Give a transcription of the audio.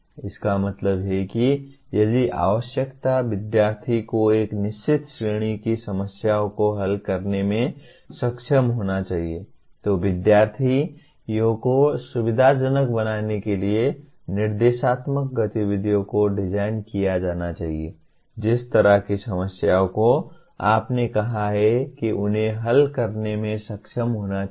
इसका मतलब है कि यदि आवश्यकता विध्यार्थी को एक निश्चित श्रेणी की समस्याओं को हल करने में सक्षम होना चाहिए तो विध्यार्थी यों को सुविधाजनक बनाने के लिए निर्देशात्मक गतिविधियों को डिज़ाइन किया जाना चाहिए जिस तरह की समस्याओं को आपने कहा है कि उन्हें हल करने में सक्षम होना चाहिए